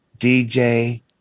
dj